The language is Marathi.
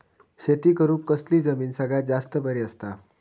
शेती करुक कसली जमीन सगळ्यात जास्त बरी असता?